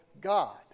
God